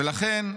ולכן,